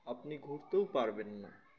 আপনি ঘুরতেও পারবেন না